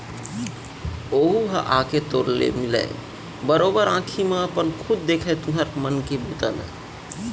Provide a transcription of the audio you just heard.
ओहूँ ह आके तोर ले मिलय, बरोबर आंखी म अपन खुद देखय तुँहर मन के बूता ल